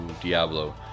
Diablo